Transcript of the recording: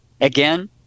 again